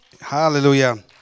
Hallelujah